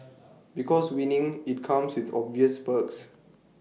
because winning IT comes with obvious perks